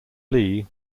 lee